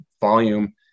volume